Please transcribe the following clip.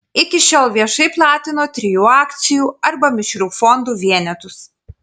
iki šiol viešai platino trijų akcijų arba mišrių fondų vienetus